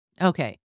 Okay